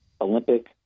Olympic